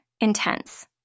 intense